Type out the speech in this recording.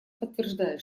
подтверждает